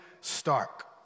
Stark